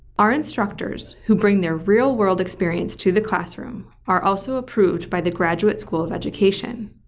our instructors, who bring their real-world experience to the classroom, are also approved by the graduate school of education.